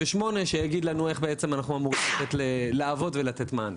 שיגיד לנו איך אנחנו אמורים לעבוד ולתת מענה.